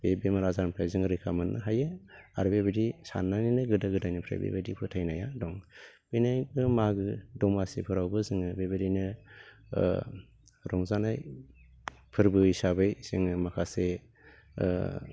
बे बेमार आजारनिफ्राय जोङो रैखा मोननो हायो आरो बेबायदि साननानैनो गोदो गोदायनिफ्राय बेबायदि फोथायनाया दं बेनिफ्राय मागो दमासिफोरावबो जोङो बेबायदिनो रंजानाय फोरबो हिसाबै जोङो माखासे